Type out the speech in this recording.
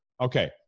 Okay